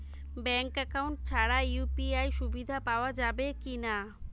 Bank account ছাড়া UPI সুবিধা পাওয়া যাবে কি না?